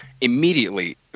immediately